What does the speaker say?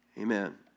Amen